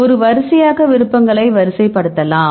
ஒரு வரிசையாக்க விருப்பங்களை வரிசைப்படுத்தலாம்